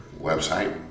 website